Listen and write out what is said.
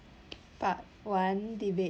part one debate